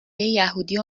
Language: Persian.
یهودی